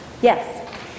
Yes